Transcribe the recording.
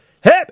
hip